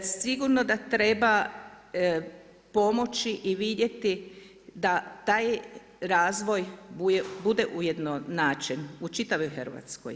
Sigurno da treba pomoći i vidjeti da taj razvoj bude ujedno način u čitavoj Hrvatskoj.